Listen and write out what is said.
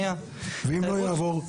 ואם לא יעבור?